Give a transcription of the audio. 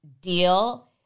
deal